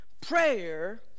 prayer